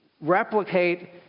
replicate